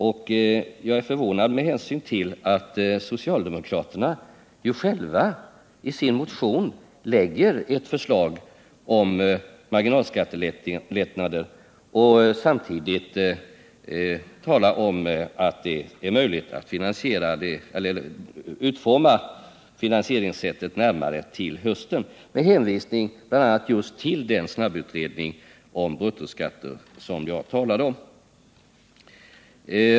Men jag är förvånad över socialdemokraterna med hänsyn till att de ju själva i sin motion har lagt fram ett förslag om marginalskattelättnader med avsikt att närmare utforma finansieringssättet först till hösten. Jag vill i det sammanhanget hänvisa bl.a. till den snabbutredning om bruttoskatter som jag talade om.